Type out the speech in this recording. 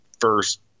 first